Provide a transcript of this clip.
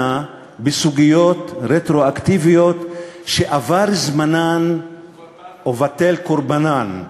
בסוגיות רטרואקטיביות שעבר זמנן ובטל קורבנן,